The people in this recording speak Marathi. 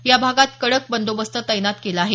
या भागात कडक बंदोबस्त तैनात केला आहे